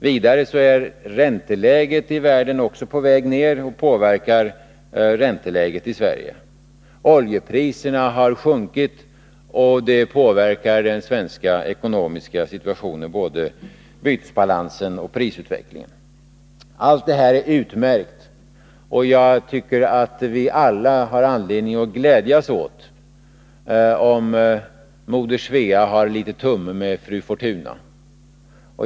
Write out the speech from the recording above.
Vidare är ränteläget i världen på väg ned och påverkar ränteläget i Sverige. Oljepriserna har sjunkit, och det påverkar den svenska ekonomiska situationen, både bytesbalansen och prisutvecklingen. Allt detta är utmärkt, och jag tycker att vi alla har anledning att glädjas om Moder Svea har litet tumme med fru Fortuna.